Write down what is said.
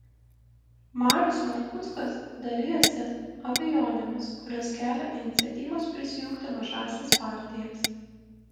marius markuckas dalijasi abejonėmis kurias kelia iniciatyvos prisijungti mažąsias partijas